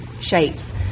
shapes